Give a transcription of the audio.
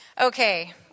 Okay